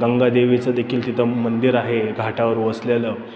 गंगादेवीचं देखील तिथं मंदिर आहे घाटावर वसलेलं